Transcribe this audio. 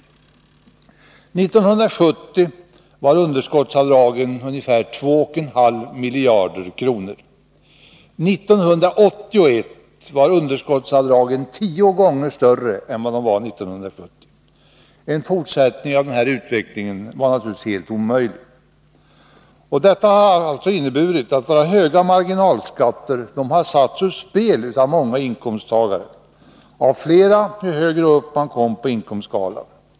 1970 var underskottsavdragen 2,5 miljarder kronor. 1981 var underskottsavdragen tio gånger större. En fortsättning av den utvecklingen var naturligtvis omöjlig. Detta har alltså inneburit att våra höga marginalskatter satts ur spel av många inkomsttagare, av fler ju högre upp man kommer på inkomstskalan.